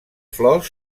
flors